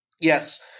Yes